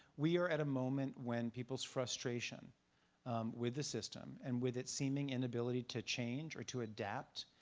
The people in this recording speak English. we are at a moment when people's frustration with the system and with it seeming inability to change or to adapt